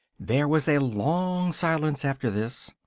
there was a long silence after this,